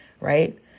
right